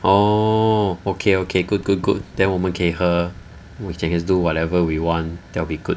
orh okay okay good good good then 我们可以喝或者 can we do whatever we want that will be good